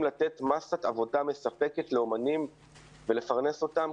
לתת מסת עבודה מספקת לאומנים ולפרנס אותם,